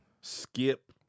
Skip